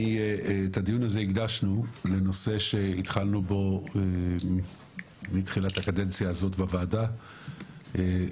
את הדיון הזה הקדשנו לנושא שהתחלנו בו מתחילת הקדנציה הזאת בוועדה על